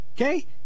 Okay